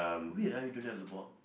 weird ah you don't have the ball